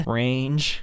range